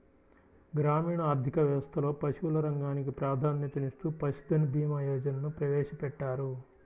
గ్రామీణ ఆర్థిక వ్యవస్థలో పశువుల రంగానికి ప్రాధాన్యతనిస్తూ పశుధన్ భీమా యోజనను ప్రవేశపెట్టారు